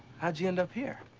how did you end up here?